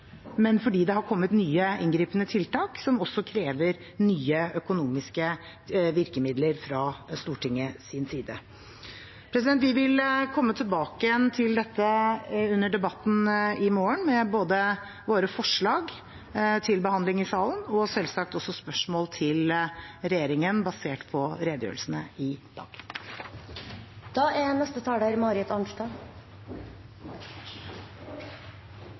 men fordi det har kommet nye inngripende tiltak som krever nye økonomiske virkemidler fra Stortingets side. Vi vil komme tilbake til dette under debatten i morgen, med både våre forslag til behandling i salen og selvsagt også spørsmål til regjeringen basert på redegjørelsene i